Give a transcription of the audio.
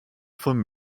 vom